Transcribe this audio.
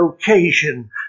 occasion